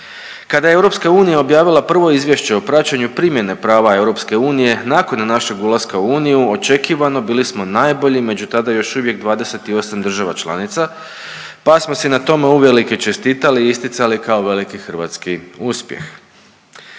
Kada je EU objavila prvo Izvješće o praćenju primjene prava EU nakon našeg ulaska u uniju očekivano bili smo najbolji među tada još uvijek 28 država članica, pa smo si na tome uvelike čestitali i isticali kao veliki hrvatski uspjeh.